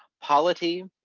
polity,